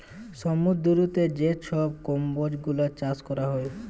সমুদ্দুরেতে যে ছব কম্বজ গুলা চাষ ক্যরা হ্যয়